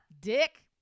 dick